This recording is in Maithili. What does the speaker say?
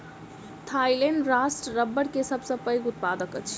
थाईलैंड राष्ट्र रबड़ के सबसे पैघ उत्पादक अछि